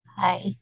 Hi